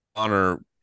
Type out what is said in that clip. honor